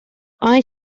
eye